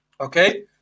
Okay